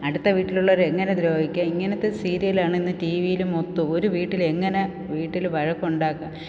അടുത്ത വീട്ടിലുള്ളവരെ എങ്ങനെ ദ്രോഹിക്കാം ഇങ്ങനത്തെ സീരിയലാണ് ഇന്ന് ടി വിയിൽ മൊത്തവും ഒരു വീട്ടിലെങ്ങന വീട്ടിൽ വഴക്കുണ്ടാക്കാം